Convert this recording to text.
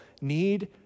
need